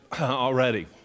already